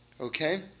Okay